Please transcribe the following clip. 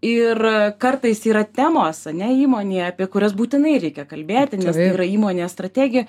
ir kartais yra temos ane įmonėje apie kurias būtinai reikia kalbėti nes tai yra įmonės strategija